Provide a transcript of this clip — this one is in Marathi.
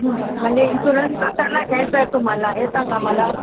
म्हणजे इन्शुरन्स कशाला घ्यायचा आहे तुम्हाला हे सांगा मला